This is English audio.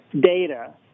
data